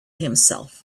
himself